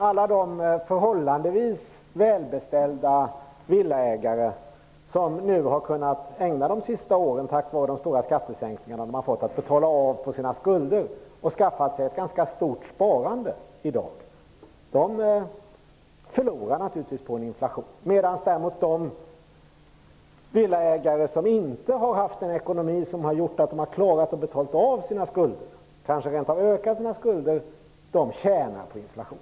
Alla de förhållandevis välbeställda villaägare som under de senaste åren tack vare de stora skattesänkningarna har kunnat betala av på sina skulder och skaffat sig ett ganska stort sparande förlorar naturligtvis på inflationen. De villaägare som däremot inte har haft en ekonomi som har gjort att de har kunnat betala av på sina skulder - de har kanske rent av ökat dem - tjänar på inflationen.